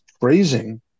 phrasing